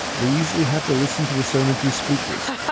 they usually have to listen to the sermon through speakers.